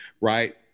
right